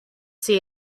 see